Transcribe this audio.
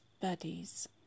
buddies